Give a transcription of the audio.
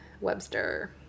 Webster